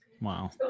Wow